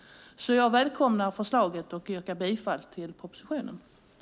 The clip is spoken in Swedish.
Jag välkomnar därför förslaget och yrkar bifall till det.